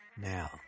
now